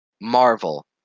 Marvel